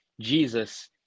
Jesus